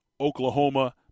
Oklahoma